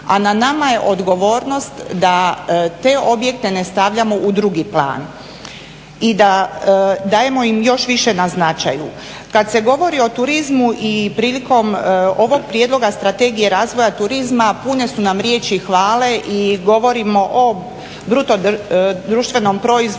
a na nama je odgovornost da te objekte ne stavljamo u drugi plan i da dajemo im još više na značaju. Kad se govori o turizmu i prilikom ovog prijedloga Strategije razvoja turizma pune su nam riječi hvale i govorimo o bruto društvenom proizvodu